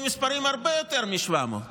במספרים הרבה יותר גבוהים מ-700,